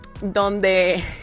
Donde